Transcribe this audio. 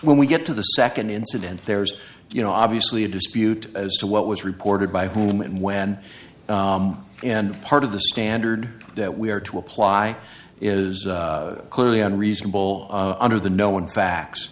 when we get to the second incident there's you know obviously a dispute as to what was reported by whom and when and part of the standard that we are to apply is clearly unreasonable under the no one facts